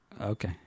Okay